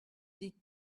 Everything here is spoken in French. des